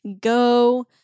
go